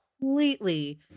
completely